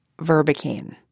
verbicane